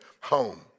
home